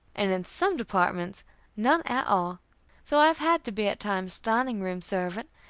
and in some departments none at all so i have had to be at times dining-room servant,